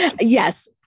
Yes